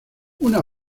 una